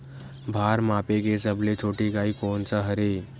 भार मापे के सबले छोटे इकाई कोन सा हरे?